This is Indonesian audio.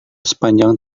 sepanjang